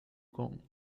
con